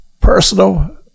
personal